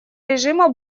режима